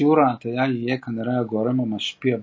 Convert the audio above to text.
שיעור ההטיה יהיה כנראה הגורם המשפיע ביותר.